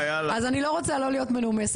אז אני לא רוצה לא להיות מנומסת,